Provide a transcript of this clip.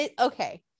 okay